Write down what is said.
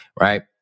Right